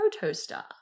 protostar